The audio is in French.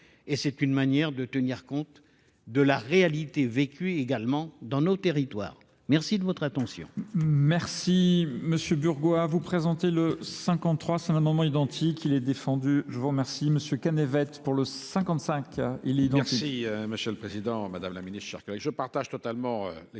et c'est une manière de tenir compte de la réalité vécue également dans nos territoires. Merci de votre attention.